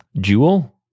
Jewel